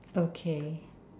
okay